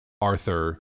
Arthur